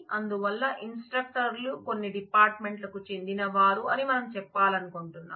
అందువల్ల ఇన్స్ట్రక్టర్ లు కొన్ని డిపార్ట్మెంట్ లకు చెందిన వారు అని మనం చెప్పాలనుకుంటున్నాం